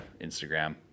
Instagram